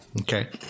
okay